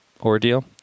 ordeal